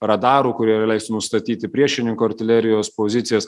radarų kurie leis nustatyti priešininko artilerijos pozicijas